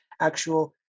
actual